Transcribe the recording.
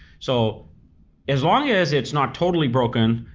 so as long as it's not totally broken,